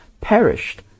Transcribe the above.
perished